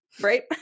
Right